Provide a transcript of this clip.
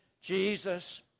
Jesus